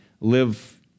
live